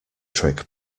trick